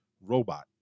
robot